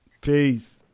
Peace